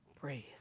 breathe